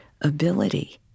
ability